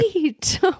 great